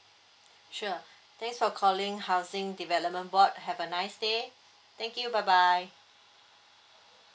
sure thanks for calling housing development board have a nice day thank you bye bye